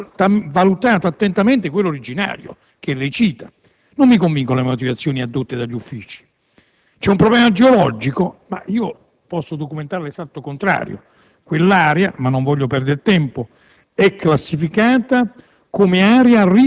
al progetto definitivo senza aver valutato attentamente quello originario che lei cita? Non mi convincono le motivazioni addotte dagli uffici. C'è un problema geologico? Io posso documentare l'esatto contrario. Quella area è classificata come